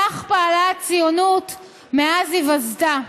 כך פעלה הציונות מאז היווסדה.